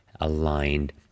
aligned